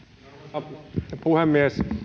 arvoisa herra puhemies